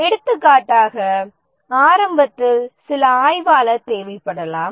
எடுத்துக்காட்டாக ஆரம்பத்தில் சில ஆய்வாளர் தேவைப்படலாம்